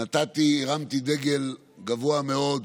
נתתי, הרמתי דגל גבוה מאוד